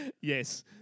Yes